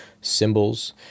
symbols